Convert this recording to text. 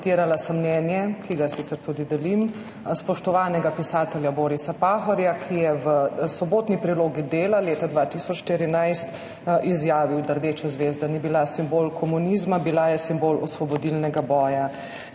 citirala sem mnenje, ki ga sicer tudi delim, spoštovanega pisatelja Borisa Pahorja, ki je v Sobotni prilogi Dela leta 2014 izjavil, da rdeča zvezda ni bila simbol komunizma, bila je simbol osvobodilnega boja.